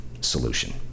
solution